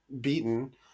beaten